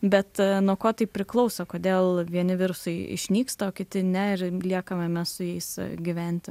bet nuo ko tai priklauso kodėl vieni virusai išnyksta o kiti ne ir liekame su jais gyventi